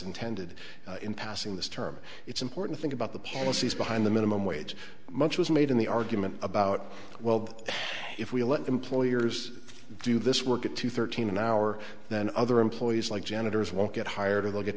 intended in passing this term it's important think about the policies behind the minimum wage much was made in the argument about well if we let employers do this work at two thirteen an hour then other employees like janitors won't get hired